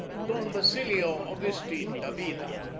don basilio augustin davila,